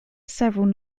several